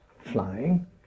flying